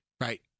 Right